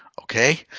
okay